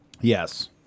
yes